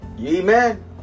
Amen